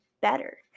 better